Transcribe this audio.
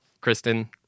Kristen